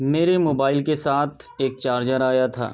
میرے موبائل کے ساتھ ایک چارجر آیا تھا